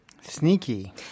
Sneaky